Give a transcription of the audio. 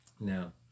now